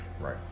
Right